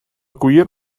gwir